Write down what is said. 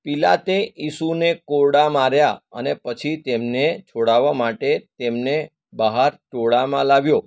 પીલાતે ઈસુને કોરડા માર્યા અને પછી તેમને છોડાવા માટે તેમને બહાર ટોળામાં લાવ્યો